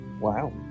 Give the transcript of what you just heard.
Wow